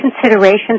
considerations